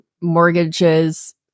mortgages